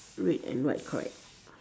red and white correct